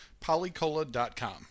polycola.com